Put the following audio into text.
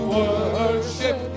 worship